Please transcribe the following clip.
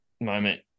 moment